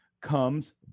comes